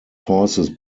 forces